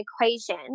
equation